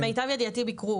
למיטב ידיעתי ביקרו,